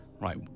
Right